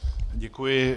Děkuji.